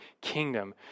kingdom